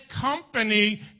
company